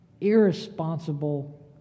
irresponsible